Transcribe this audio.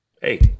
Hey